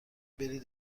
برید